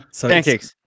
Pancakes